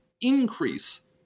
increase